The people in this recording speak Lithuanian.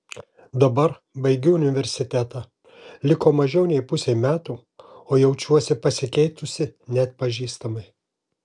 dabar baigiu universitetą liko mažiau nei pusė metų o jaučiuosi pasikeitusi neatpažįstamai